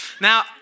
Now